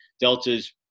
Delta's